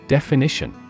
Definition